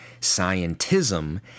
Scientism